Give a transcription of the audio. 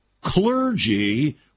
clergy